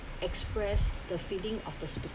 express the feeding of the speaker